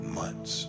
months